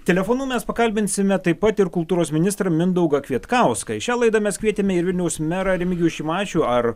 telefonu mes pakalbinsime taip pat ir kultūros ministrą mindaugą kvietkauską į šią laidą mes kvietėme vilniaus merą remigijų šimašių ar